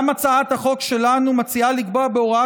גם הצעת החוק שלנו מציעה לקבוע בהוראת